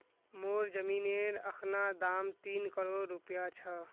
मोर जमीनेर अखना दाम तीन करोड़ रूपया छ